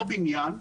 לא בניין,